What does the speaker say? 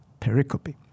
pericope